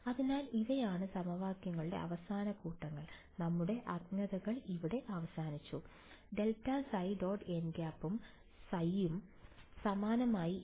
അതിനാൽ ഇവയാണ് സമവാക്യങ്ങളുടെ അവസാന കൂട്ടങ്ങൾ നമുക്കുള്ള അജ്ഞതങ്ങൾ ഇവിടെ അവസാനിച്ചു ∇ϕ · nˆ ഉം ϕ ϕ ഉം സമാനമായി ഇവിടെ